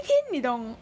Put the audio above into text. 那天你懂